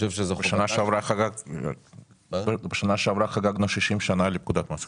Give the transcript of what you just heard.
בשנה שעברה חגגנו 60 שנים לפקודת מס הכנסה.